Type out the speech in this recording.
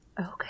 Okay